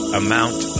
amount